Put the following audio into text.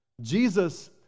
Jesus